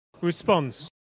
response